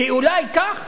כי אולי כך